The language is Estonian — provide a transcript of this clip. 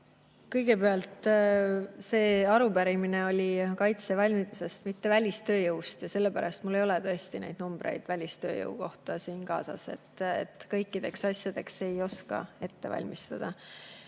Kõigepealt, see arupärimine oli kaitsevalmiduse kohta, mitte välistööjõu kohta. Sellepärast mul ei ole numbreid välistööjõu kohta siin kaasas. Kõikideks asjadeks ei oska ette valmistada.